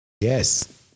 Yes